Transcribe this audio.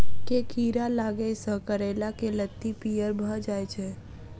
केँ कीड़ा लागै सऽ करैला केँ लत्ती पीयर भऽ जाय छै?